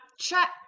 check